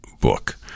book